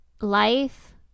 life